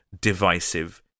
divisive